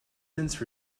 since